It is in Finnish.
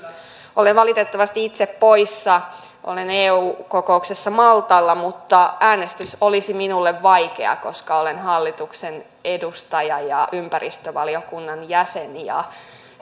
olen valitettavasti itse poissa olen eu kokouksessa maltalla mutta äänestys olisi minulle vaikea koska olen hallituksen edustaja ja ympäristövaliokunnan jäsen